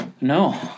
no